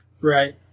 Right